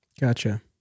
Gotcha